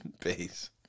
Peace